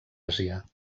àsia